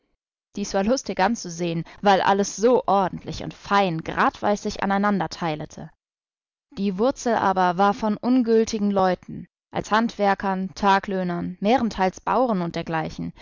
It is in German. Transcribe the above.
dies war lustig anzusehen weil alles so ordentlich und fein gradweis sich aneinander teilete die wurzel aber war von ungültigen leuten als handwerkern taglöhnern mehrenteils bauren und dergleichen